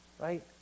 Right